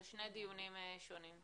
זה שני דיונים שונים.